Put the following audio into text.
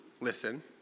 listen